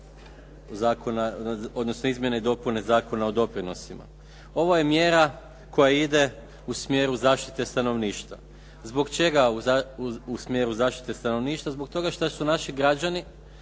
odnosno izmjene i dopune Zakona o doprinosima. Ovo je mjera koja ide u smjeru zaštite stanovništva. Zbog čega u smjeru zaštite stanovništva? Zbog toga što su naši građani